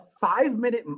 five-minute –